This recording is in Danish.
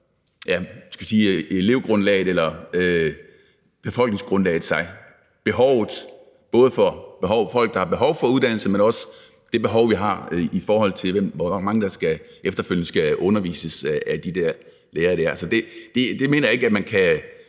hvordan befolkningsgrundlaget udvikler sig – både folk, der har behov for uddannelse, men også det behov, vi har, i forhold til hvor mange der efterfølgende skal undervises af de lærere der. Så det mener jeg ikke at man kan.